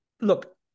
look